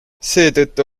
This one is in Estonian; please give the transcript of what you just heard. seetõttu